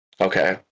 Okay